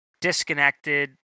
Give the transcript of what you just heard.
disconnected